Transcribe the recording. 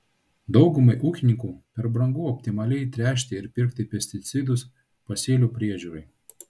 daugumai ūkininkų per brangu optimaliai tręšti ir pirkti pesticidus pasėlių priežiūrai